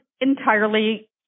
entirely